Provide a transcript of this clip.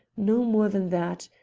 no more than that,